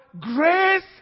grace